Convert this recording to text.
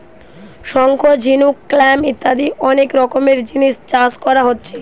শঙ্খ, ঝিনুক, ক্ল্যাম ইত্যাদি অনেক রকমের জিনিস চাষ কোরা হচ্ছে